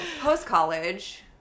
post-college